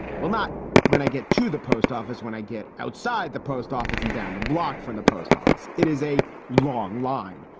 well, not when i get to the post office, when i get outside the post office and down the block from the post office. it is a long line.